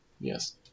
Yes